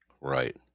Right